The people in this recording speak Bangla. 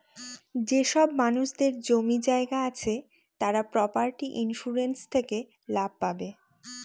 যেসব মানুষদের জমি জায়গা আছে তারা প্রপার্টি ইন্সুরেন্স থেকে লাভ পাবে